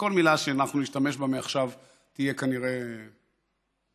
שכל מילה שאנחנו נשתמש בה מעכשיו תהיה כנראה תקינה,